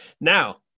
Now